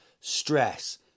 Stress